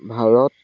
Bharat